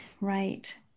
Right